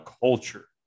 culture